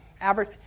average